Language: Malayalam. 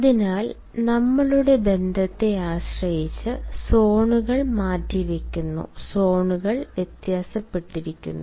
അതിനാൽ നമ്മളുടെ ബന്ധത്തെ ആശ്രയിച്ച് സോണുകൾ മാറ്റിവയ്ക്കുന്നു സോണുകൾ വ്യത്യാസപ്പെടുന്നു